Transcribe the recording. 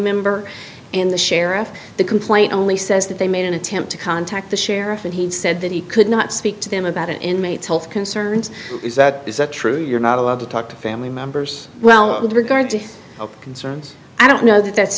member and the sheriff the complaint only says that they made an attempt to contact the sheriff and he said that he could not speak to them about inmates health concerns is that is that true you're not allowed to talk to family members well with regard to concerns i don't know that that's